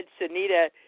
Sunita